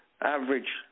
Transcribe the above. average